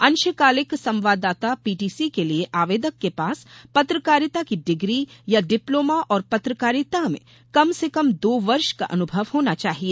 अंशकालिक संवाददाता पीटीसी के लिए आवेदक के पास पत्रकारिता की डिग्री या डिप्लोमा और पत्रकारिता में कम से कम दो वर्ष का अनुभव होना चाहिए